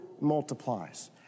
multiplies